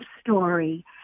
story